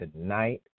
tonight